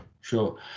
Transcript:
sure